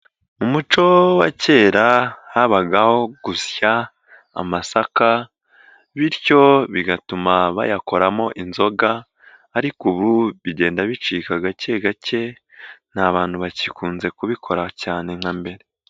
Mu muco wa kera habagaho gusya amasaka bityo bigatuma bayakoramo inzoga ariko ubu bigenda bicika gake gake nta bantu bagikunze kubikora cyane nka mbere.